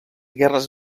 guerres